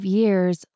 years